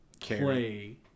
play